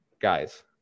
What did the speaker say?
Guys